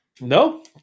No